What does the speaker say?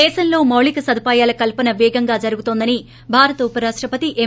దేశంలో మౌలిక సదుపాయాల కల్సన పేగంగా జరుగుతోందని భారత ఉప రాష్టపతి ఎం